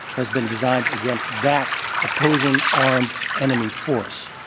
has been designed against that opposing armed enemy force